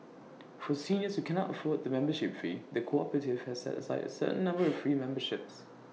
for seniors who cannot afford the membership fee the cooperative has set aside A certain number of free memberships